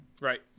Right